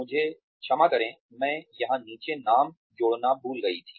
मुझे क्षमा करें मैं यहाँ नीचे नाम जोड़ना भूल गई थी